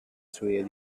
swayed